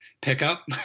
pickup